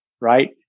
right